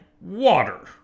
water